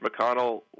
McConnell